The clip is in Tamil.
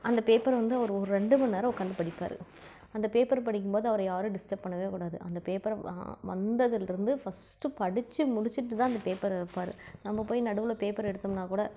அந்த பேப்பரை வந்து ஒரு ரெண்டு மணி நேரம் உட்காந்து படிப்பார் அந்த பேப்பரை படிக்கும் போது அவர யாரும் டிஸ்டர்ப் பண்ண கூடாது அந்த பேப்பரை வந்ததுலேருந்து ஃபஸ்டு படித்து முடிச்சிட்டு தான் அந்த பேப்பரை வைப்பாரு நம்ம போய் நடுவில் பேப்பர் எடுத்தமுன்னா கூட